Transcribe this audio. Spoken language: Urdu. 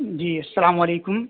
جی السلام علیکم